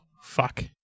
fuck